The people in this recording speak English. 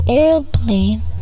airplane